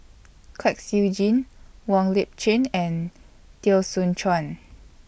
Kwek Siew Jin Wong Lip Chin and Teo Soon Chuan